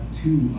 two